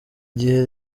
gihe